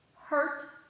hurt